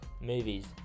movies